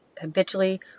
habitually